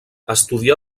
estudià